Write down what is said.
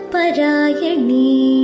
Parayani